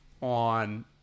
on